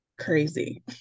crazy